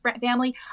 family